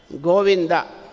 Govinda